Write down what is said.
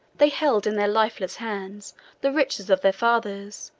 they held in their lifeless hands the riches of their fathers,